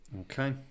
Okay